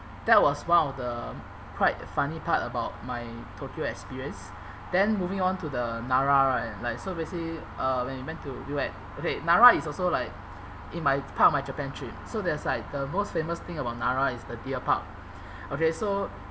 that was one of the quite funny part about my tokyo experience then moving on to the nara right like so basically uh when we went to we went okay nara is also like in my part of my japan trip so there's like the most famous thing about nara is the deer park okay so